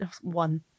One